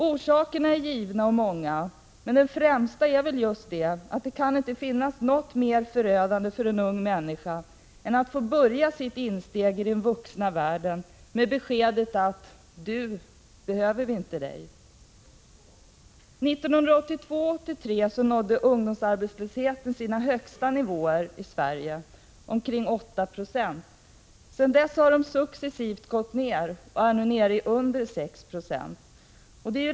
Orsakerna är givna och många, men den främsta är väl just att det inte finns något mer förödande för en ung människa som skall göra sitt insteg i den vuxna världen än att få beskedet att han inte behövs. 1982 och 1983 nådde ungdomsarbetslösheten sin högsta nivå i Sverige, omkring 8 90. Sedan har den successivt gått ner och är nu nere i under 6 96.